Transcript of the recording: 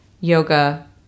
yoga